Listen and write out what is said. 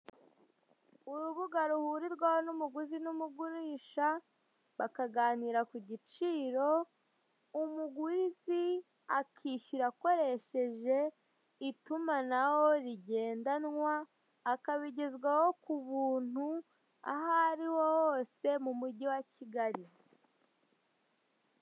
Urubuga ruhurirwaho n'umuguzi n'umugurisha bakaganira ku giciro umuguzi akishyura akoresheje itumanaho rigendanwa akabigezwaho ku buntu ahariho hose mu mujyi wa Kigali.